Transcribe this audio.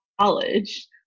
college